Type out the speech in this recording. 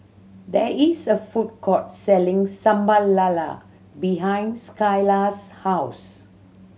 there is a food court selling Sambal Lala behind Skyla's house